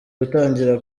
gutangira